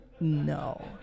no